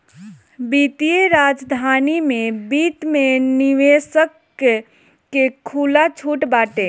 वित्तीय राजधानी में वित्त में निवेशक के खुला छुट बाटे